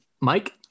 Mike